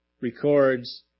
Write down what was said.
records